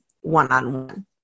one-on-one